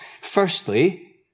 Firstly